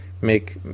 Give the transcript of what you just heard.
make